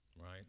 Right